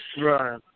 Right